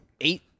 Eight